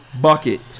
Bucket